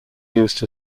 used